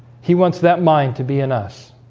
he wants that mind to be in us